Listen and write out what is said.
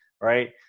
right